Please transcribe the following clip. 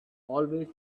always